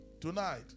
Tonight